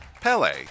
Pele